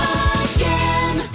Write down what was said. again